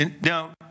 Now